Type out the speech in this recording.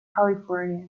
california